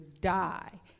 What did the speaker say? die